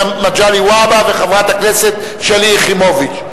מגלי והבה וחברת הכנסת שלי יחימוביץ.